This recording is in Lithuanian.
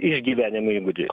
išgyvenimo įgūdžiai